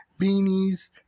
beanies